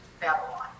Babylon